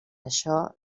això